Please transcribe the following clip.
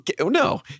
No